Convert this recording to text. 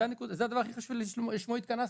זה הדבר שלשמו התכנסנו.